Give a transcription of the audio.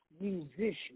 musician